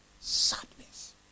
sadness